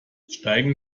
steigen